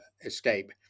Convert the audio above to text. escape